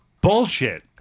Bullshit